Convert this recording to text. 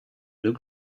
blue